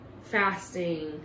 fasting